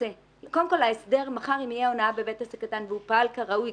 אם מחר תהיה הונאה בבית עסק קטן והוא פעל כראוי,